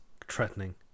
threatening